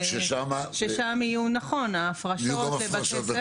ששם יהיו, נכון, ההפרשות לבתי ספר.